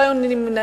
לא היו נמנעים.